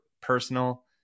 personal